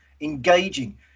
engaging